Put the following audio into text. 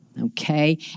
okay